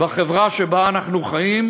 בחברה שבה אנחנו חיים.